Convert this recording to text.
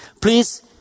Please